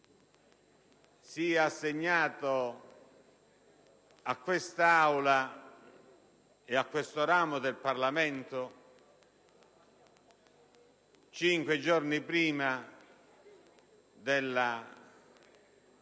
sia assegnato a quest'Aula e a questo ramo del Parlamento cinque giorni prima della imposta